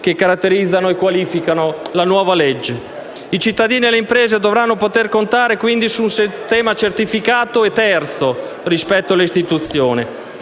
che caratterizzano e qualificano la nuova legge. I cittadini e le imprese dovranno quindi poter contare su un sistema certificato e "terzo" rispetto alle istituzioni,